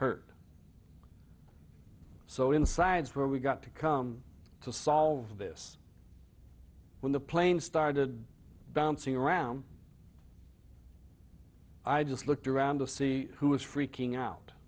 hurt so inside for we've got to come to solve this when the plane started bouncing around i just looked around to see who was freaking out